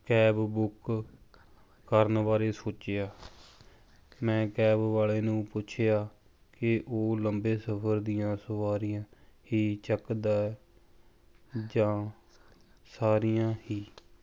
cab book ਕਰਨ ਬਾਰੇ ਸੋਚਿਆ ਮੈਂ ਕੈਬ ਵਾਲੇ ਨੂੰ ਪੁੱਛਿਆ ਕਿ ਉਹ ਲੰਬੇ ਸਫਰ ਦੀਆਂ ਸਵਾਰੀਆਂ ਹੀ ਚੱਕਦਾ ਜਾਂ ਸਾਰੀਆਂ ਹੀ